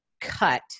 cut